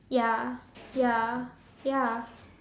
ya ya ya